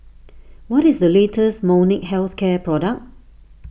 what is the latest Molnylcke Health Care product